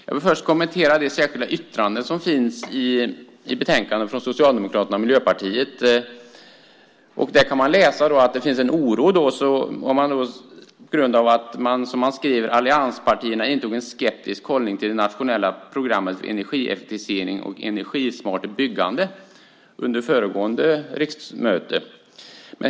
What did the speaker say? Jag vill först kommentera Socialdemokraternas och Miljöpartiets särskilda yttrande i betänkandet. Där kan vi läsa att det finns en oro på grund av att allianspartierna under föregående riksmöte intog en skeptisk hållning till det nationella programmet Energieffektivisering och energismart byggande.